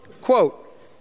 quote